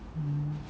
mm